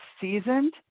seasoned